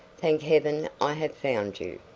thank heaven i have found you!